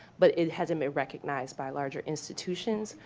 but it hasn't been recognized by larger institutions,